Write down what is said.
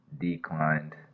declined